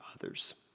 others